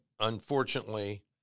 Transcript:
unfortunately